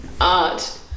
Art